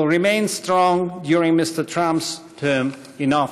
remain strong during Mr. Trump's term in office.